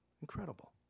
Incredible